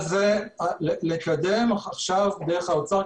לקדם עכשיו דרך האוצר,